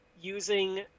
using